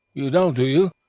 you don't, do you?